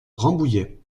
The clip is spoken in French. rambouillet